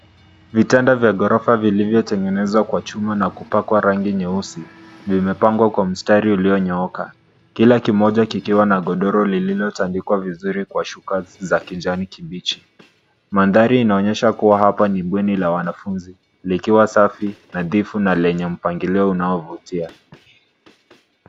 Vitanda vya ghorofa vilivyotengenezwa kwa chuma na kupakwa rangi nyeusi vimepangwa kwa mstari uliyonyooka. Kila kimoja kikiwa na godoro liliotandikwa vizuri kwa shuka za kijani kibichi. Mandhari inaoonyehsa kuwa hapa ni bweni la wanafunzi likiwa safi, nadhifu na lenye mpangilio unaovutia.